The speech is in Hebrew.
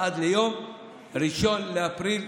הדיון בעתירה